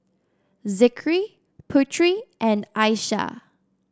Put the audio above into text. Zikri Putri and Aishah